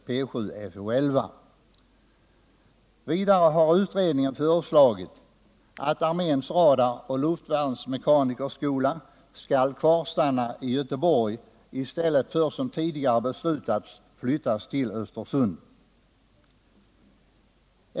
Vidare har utredningen föreslagit att arméns radaroch luftvärnsmekanikerskola skall kvarstanna i Göteborg i stället för att, som tidigare beslutats, flyttas till Östersund.